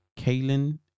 kaylin